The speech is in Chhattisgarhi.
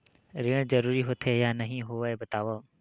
ऋण जरूरी होथे या नहीं होवाए बतावव?